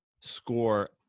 score